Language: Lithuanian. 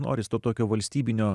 norisi to tokio valstybinio